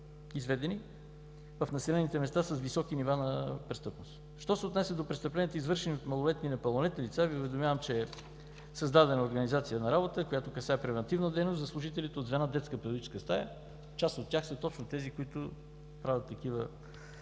изведени в населените места с високи нива на престъпност. Що се отнася до престъпленията, извършени от малолетни и непълнолетни лица, Ви уведомявам, че е създадена организация за работа, която касае превантивната дейност на служителите от звената „Детска педагогическа стая“. Част от тях са точно тези, които правят такива